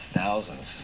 thousands